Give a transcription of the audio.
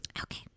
Okay